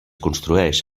construeix